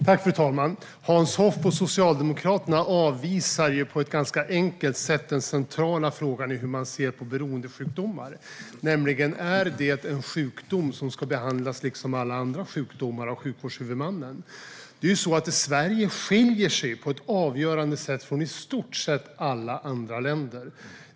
Fru talman! Hans Hoff och Socialdemokraterna avvisar på ett ganska enkelt sätt den centrala frågan om hur man ser på beroendesjukdomar: Är det en sjukdom som liksom alla andra sjukdomar ska behandlas av sjukvårdshuvudmannen? Sverige skiljer sig på ett avgörande sätt från i stort sett alla andra länder.